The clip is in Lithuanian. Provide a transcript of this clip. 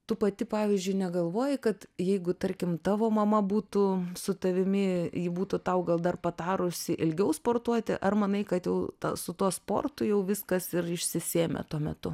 tu pati pavyzdžiui negalvoji kad jeigu tarkim tavo mama būtų su tavimi ji būtų tau gal dar patarusi ilgiau sportuoti ar manai kad jau su tuo sportu jau viskas ir išsisėmė tuo metu